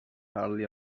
hardly